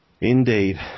Indeed